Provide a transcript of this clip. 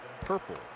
purple